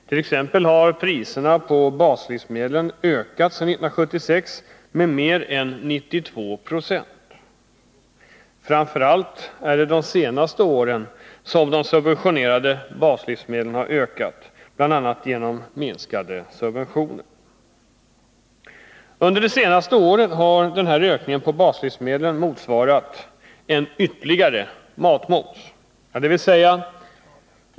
T. ex. har priserna på baslivsmedel sedan 1976 ökat med mer än 92 96. Framför allt under de senaste åren har de subventionerade baslivsmedlen ökat i pris, bl.a. genom minskade subventioner. Under det senaste året har prisökning på baslivsmedlen motsvarat en ytterligare matmoms.